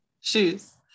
Shoes